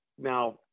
now